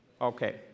Okay